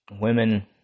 Women